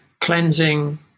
cleansing